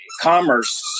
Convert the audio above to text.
commerce